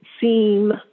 seem